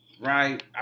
right